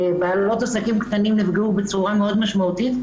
בעלות עסקים קטנים נפגעו בצורה משמעותית מאוד,